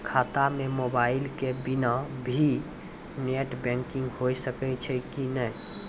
खाता म मोबाइल के बिना भी नेट बैंकिग होय सकैय छै कि नै?